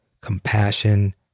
compassion